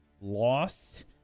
lost